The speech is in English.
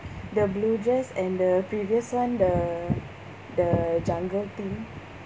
the blue dress and the previous one the the jungle theme